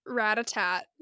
rat-a-tat